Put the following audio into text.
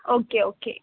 okay okay